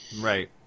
Right